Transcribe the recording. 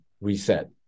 reset